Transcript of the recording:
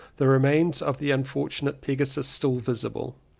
the remains of the unfortunate pegasus still visible.